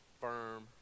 firm